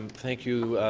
thank you,